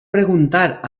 preguntar